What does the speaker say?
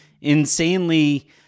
insanely